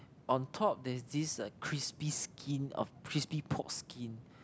on top there is this crispy skin of crispy pork skin